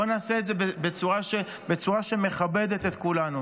בואו נעשה את זה בצורה שמכבדת את כולנו.